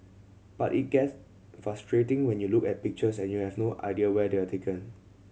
but it gets frustrating when you look at pictures and you have no idea where they are taken